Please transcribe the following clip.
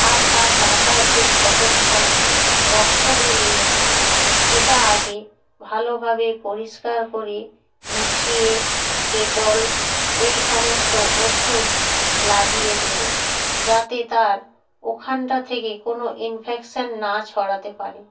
আর তার কাটা যে ক্ষতস্থানে রক্ত বেড়িয়ে গেছে সেটা আগে ভালোভাবে পরিষ্কার করে মুছিয়ে ডেটল এই সমস্ত ওষুধ লাগিয়ে দেবো যাতে তার ওখানটা থেকে কোনও ইনফেকশান না ছড়াতে পারে